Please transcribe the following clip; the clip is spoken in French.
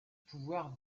pouvoir